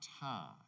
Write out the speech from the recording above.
time